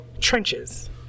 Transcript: trenches